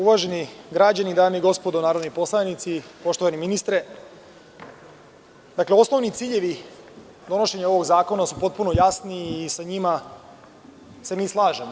Uvaženi građani, dame i gospodo narodni poslanici, poštovani ministre, osnovni ciljevi donošenja ovog zakona su potpuno jasni i sa njima se mi slažemo.